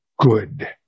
good